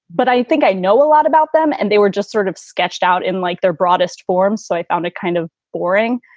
but i think i know a lot about them. and they were just sort of sketched out in like their broadest form. so i found it kind of boring.